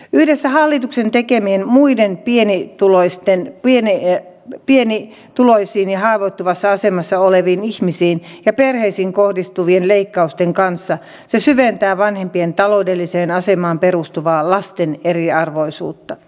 yhdessä hallituksen tekemien muiden pienituloisiin ja haavoittuvassa asemassa oleviin ihmisiin ja perheisiin kohdistuvien leikkausten kanssa se syventää vanhempien taloudelliseen asemaan perustuvaa lasten eriarvoisuutta